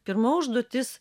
pirma užduotis